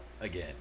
again